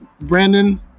Brandon